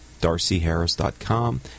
DarcyHarris.com